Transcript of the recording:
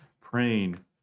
Praying